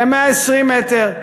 ל-120 מ"ר.